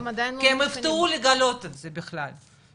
כי הם יופתעו לגלות את זה בכלל.